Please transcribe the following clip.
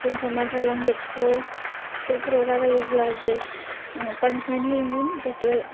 जोंखौ मादार लेंगुवेजखौ स्कुलफोराव रायलायोबा जे पानिशमेन्त होयोमोन जाहाथे